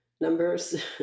numbers